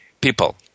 people